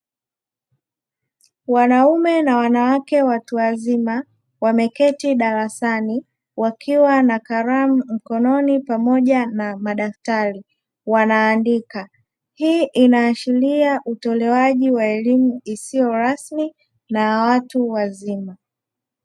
Wanaume na wanawke watuwazima wameketi darasani wakiwa na kalamu mkononi pamoja na madaftari, wanaandika. Hii inaashiria utolewaji wa elimu isiyo rasmi na ya watu wazima.